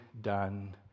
done